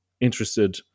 interested